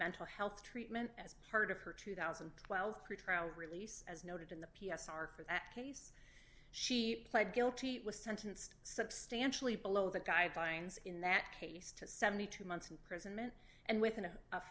mental health treatment as part of her two thousand and twelve pretrial release as noted in the p s r for that case she pled guilty was sentenced substantially below the guidelines in that case to seventy two months imprisonment and within a